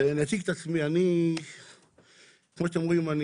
אני אציג את עצמי, כמו שאתם רואים אני